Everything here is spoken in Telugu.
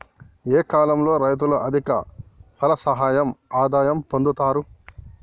ఏ కాలం లో రైతులు అధిక ఫలసాయం ఆదాయం పొందుతరు?